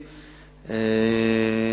מקיף.